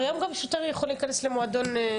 היום גם שוטר יכול להיכנס למועדון.